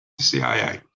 CIA